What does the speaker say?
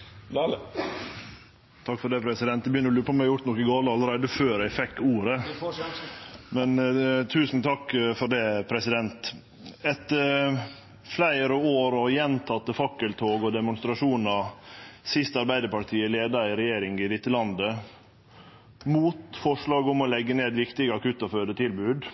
Eg begynte å lure på om eg hadde gjort noko gale allereie før eg fekk ordet! Du får sjansen. Tusen takk for det, president. Etter fleire år og gjentekne fakkeltog og demonstrasjonar sist Arbeidarpartiet leia ei regjering i dette landet, mot forslag om å leggje ned viktige akutt- og fødetilbod,